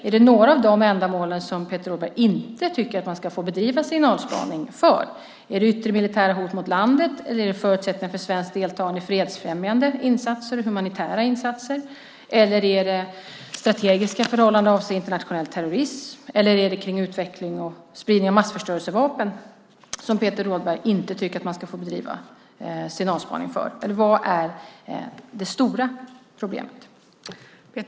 Är det några av de ändamålen som Peter Rådberg tycker att man inte ska få bedriva signalspaning för - är det yttre militära hot mot landet, förutsättningar för svenskt deltagande i fredsfrämjande och humanitära insatser, är det strategiska förhållanden avseende internationell terrorism eller är det utveckling och spridning av massförstörelsevapen? Vad är det stora problemet?